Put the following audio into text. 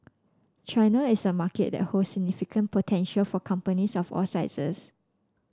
China is a market that holds significant potential for companies of all sizes